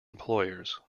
employers